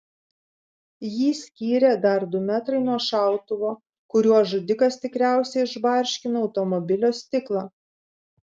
jį skyrė dar du metrai nuo šautuvo kuriuo žudikas tikriausiai išbarškino automobilio stiklą